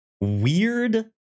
weird